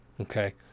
okay